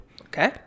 Okay